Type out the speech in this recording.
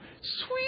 Sweet